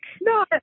No